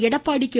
Edappadi K